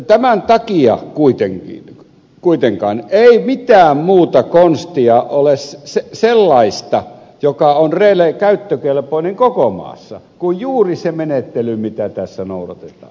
tämän takia kuitenkaan ei mitään muuta sellaista konstia ole joka on käyttökelpoinen koko maassa kuin juuri se menettely mitä tässä noudatetaan eikö niin